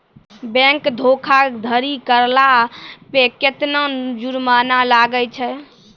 Bank धोखाधड़ी करला पे केतना जुरमाना लागै छै?